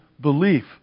belief